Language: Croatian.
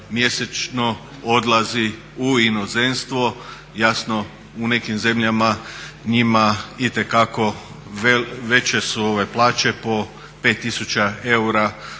mjesečno odlazi u inozemstvo. Jasno, u nekim zemljama njima itekako veće su plaće, po 5 tisuća